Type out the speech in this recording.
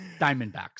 diamondbacks